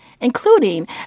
including